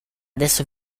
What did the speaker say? adesso